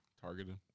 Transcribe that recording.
Targeted